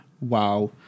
wow